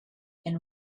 and